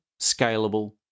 scalable